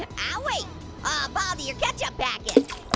and owie. oh baldy, your ketchup packet.